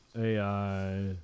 AI